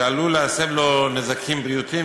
שעלול להסב לו נזקים בריאותיים,